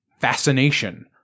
fascination